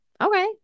okay